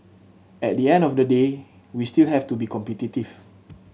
at the end of the day we still have to be competitive